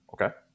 Okay